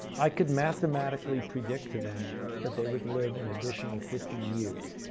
i could mathematically predict to them that they would live an additional fifty years.